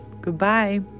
Goodbye